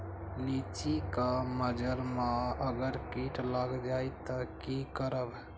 लिचि क मजर म अगर किट लग जाई त की करब?